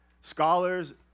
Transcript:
scholars